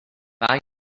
buy